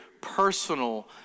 personal